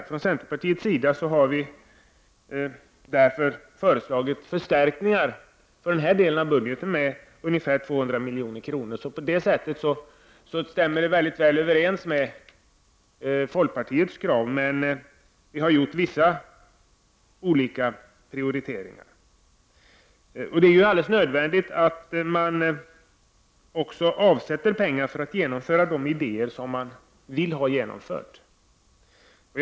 Därför har centerpartiet föreslagit förstärkningar på den här delen av budgeten med ungefär 200 milj.kr. På det sättet är det god överensstämmelse med folkpartiets krav, men vi har gjort olika prioriteringar på vissa områden. Det är ju alldeles nödvändigt att man avsätter pengar för att genomföra de idéer som man vill ha genomförda.